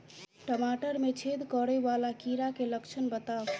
टमाटर मे छेद करै वला कीड़ा केँ लक्षण बताउ?